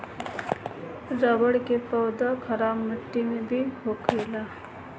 रबड़ के पौधा खराब माटी में भी होखेला